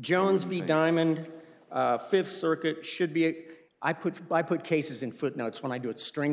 jones be diamond th circuit should be a i put by put cases in footnotes when i do it string